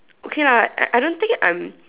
okay lah I I don't think I'm